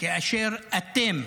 כאשר אתם